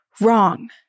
wrong